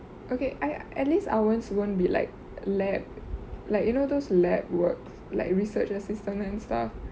okay I at least our's won't be like lab like you know those lab works like research assistant and stuff